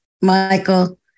Michael